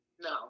No